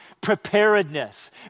preparedness